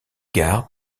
gare